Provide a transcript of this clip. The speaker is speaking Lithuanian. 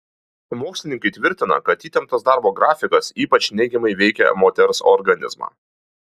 mokslininkai tvirtina kad įtemptas darbo grafikas ypač neigiamai veikia moters organizmą